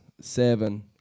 seven